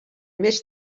més